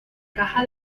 caja